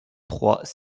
trois